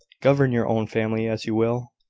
govern your own family as you will,